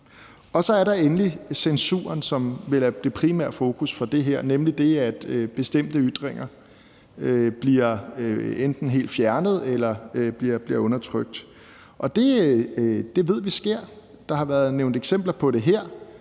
Så er der endelig censuren, som vel er det primære fokus for det her, nemlig det, at bestemte ytringer enten bliver helt fjernet eller bliver undertrykt. Det ved vi sker. Der har været nævnt eksempler på det her,